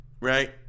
Right